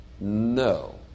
No